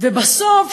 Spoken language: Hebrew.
ובסוף,